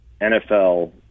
NFL